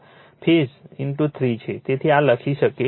તેથી આ લખી શકે છે